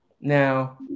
Now